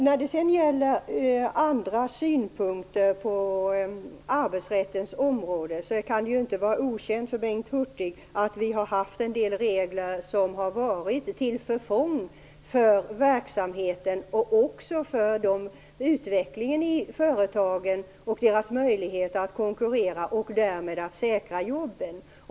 När det sedan gäller andra synpunkter på arbetsrättens område kan det inte vara okänt för Bengt Hurtig att vi har haft en del regler som har varit till förfång för verksamheten och även för utvecklingen i företagen, för deras möjlighet att konkurrera och därmed säkra jobben.